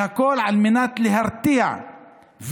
והכול על מנת להרתיע ולהפחיד